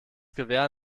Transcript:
gewehr